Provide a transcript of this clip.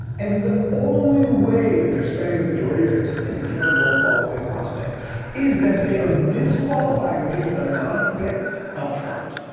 and the only way that they're spending the majority of their time in front of well-qualified prospects is that they are disqualifying the people that are not a fit up front.